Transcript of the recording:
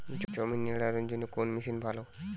জমি নিড়ানোর জন্য কোন মেশিন ভালো?